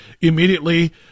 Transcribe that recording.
immediately